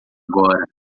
agora